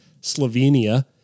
Slovenia